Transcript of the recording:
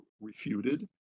refuted